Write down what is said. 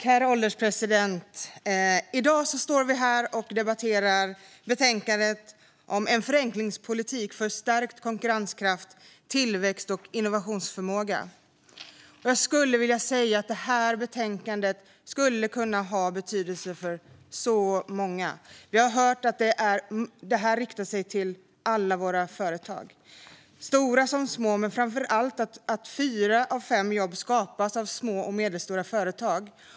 Herr ålderspresident! I dag debatterar vi betänkandet En förenklingspolitik för stärkt konkurrenskraft, tillväxt och innovationsförmåga . Jag skulle vilja säga att detta betänkande skulle kunna ha betydelse för så många. Vi har hört att detta riktas till alla våra företag, stora som små. Framför allt skapas fyra av fem jobb av små och medelstora företag.